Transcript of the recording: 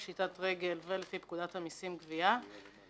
פשיטת רגל ולפי פקודת המסים (גבייה).